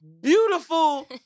beautiful